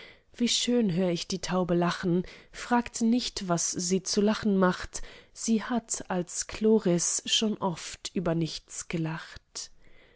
wie schön hör ich die taube lachen fragt nicht was sie zu lachen macht sie hat als chloris schon oft über nichts gelacht